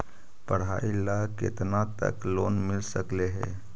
पढाई ल केतना तक लोन मिल सकले हे?